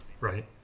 right